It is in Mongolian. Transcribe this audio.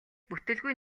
бүтэлгүй